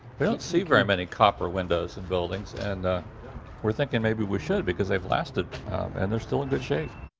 don't see very many copper windows in buildings and we're thinking maybe we should, because they've lasted and they're still in good shape.